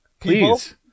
Please